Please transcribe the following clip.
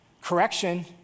Correction